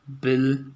Bill